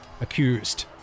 accused